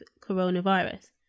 coronavirus